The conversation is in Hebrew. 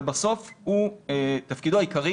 אבל בסוף תפקידו העיקרי